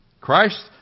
Christ